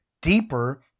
deeper